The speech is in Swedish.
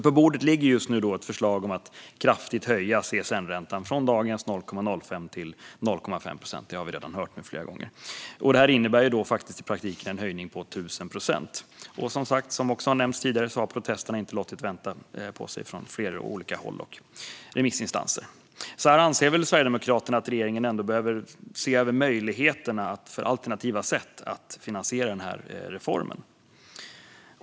På bordet ligger just nu ett förslag om att kraftigt höja CSN-räntan - från dagens 0,05 procent till 0,5 procent. Detta innebär i praktiken en höjning på 1 000 procent. Som nämnts tidigare har protesterna inte låtit vänta på sig från flera olika håll och remissinstanser. Här anser Sverigedemokraterna att regeringen behöver se över möjligheterna till alternativa sätt att finansiera denna reform.